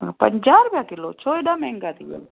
हा पंजाहु रुपया किलो छो एॾा महांगा थी विया आहिनि